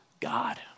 God